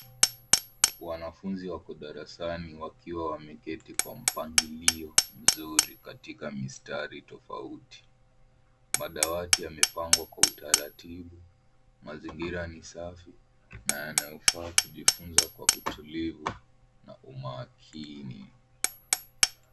Wanafunzi wako darasani wakiwa wameketi kwa mpangilio mzuri katika mistari tofauti madawati yamepangwa kwa utaratibu, mazingira ni safi yanafaa kujifunza kwa utulivu na umakini,